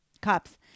cups